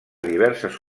diverses